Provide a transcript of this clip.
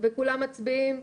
וכולם מצביעים,